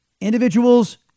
Individuals